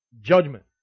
judgment